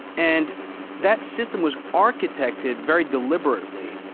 and that system was architected very deliberately.